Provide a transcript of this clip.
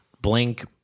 Blink